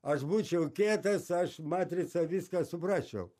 aš būčiau kietas aš matricą viską suprasčiau